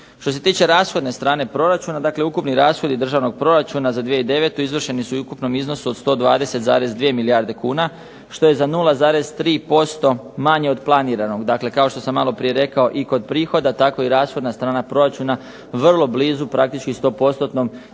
Što se tiče rashodne strane proračuna, dakle ukupni rashodi državnog proračuna za 2009. izvršeni su i u ukupnom iznosu od 120,2 milijarde kuna, što je za 0,3% manje od planiranog. Dakle kao što sam maloprije rekao i kod prihoda, tako i rashodna strana proračuna vrlo blizu praktički stopostotnom